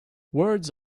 words